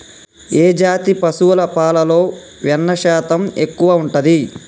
ఏ జాతి పశువుల పాలలో వెన్నె శాతం ఎక్కువ ఉంటది?